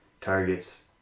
targets